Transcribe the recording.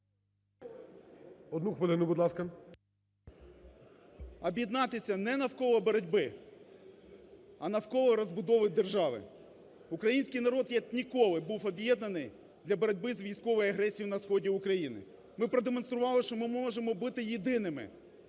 Одну хвилину, будь ласка. ЗУБКО Г.Г. Об'єднатися не навколо боротьби, а навколо розбудови держави. Український народ, як ніколи, був об'єднаний для боротьби із військовою агресією на сході України. Ми продемонстрували, що ми можемо бути єдиними.